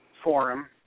forum